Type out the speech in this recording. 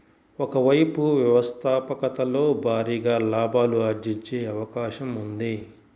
ఒక వైపు వ్యవస్థాపకతలో భారీగా లాభాలు ఆర్జించే అవకాశం ఉంది